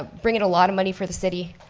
ah bring it a lot of money for the city